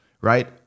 right